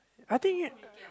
I think